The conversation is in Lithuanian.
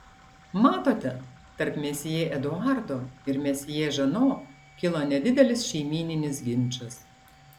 matote tarp mesjė eduardo ir mesjė žano kilo nedidelis šeimyninis ginčas